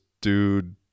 dude